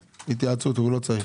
התייעצות הוא לא צריך.